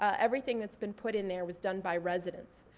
everything that's been put in there was done by residents.